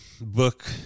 book